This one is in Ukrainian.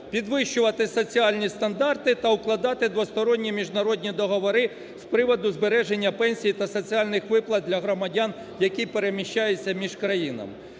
підвищувати соціальні стандарти та укладати двосторонні міжнародні договори з приводу збереження пенсій та соціальних виплат для громадян, які переміщаються між країнами.